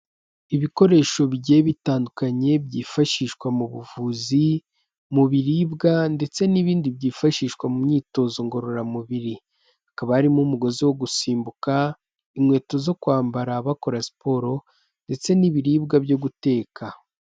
Ibikoresho bigiye bitandukanye byifashishwa mu buvuzi mu biribwa ndetse n'ibindi byifashishwa mu myitozo ngororamubiri, hakaba harimo umugozi wo gusimbuka inkweto zo kwambara bakora siporo ndetse n'ibiribwa byo guteka.